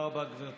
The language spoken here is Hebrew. תודה רבה, גברתי.